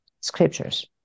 Scriptures